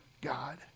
God